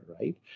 right